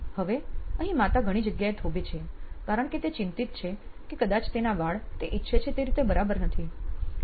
હવે અહીં માતા ઘણી જગ્યાએ થોભે છે કારણ કે તે ચિંતિત છે કે કદાચ તેના વાળ તે ઈચ્છે છે તે રીતે બરાબર નથી